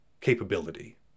capability